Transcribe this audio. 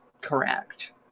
correct